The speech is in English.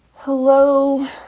Hello